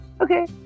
Okay